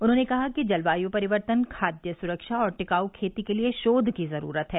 उन्होंने कहा कि जलवाय परिवर्तन खादय सुरक्षा और टिकाऊ खेती के लिये शोघ की ज़रूरत है